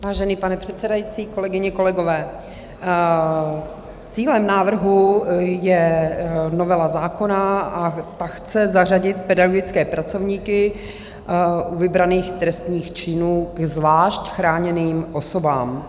Vážený pane předsedající, kolegyně, kolegové, cílem návrhu je novela zákona a ta chce zařadit pedagogické pracovníky u vybraných trestných činů ke zvlášť chráněným osobám.